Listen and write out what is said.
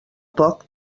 poc